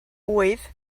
ŵydd